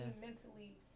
mentally